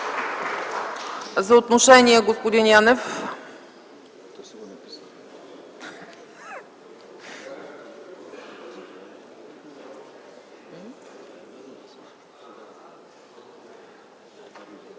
За отношение – господин Янев.